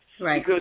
Right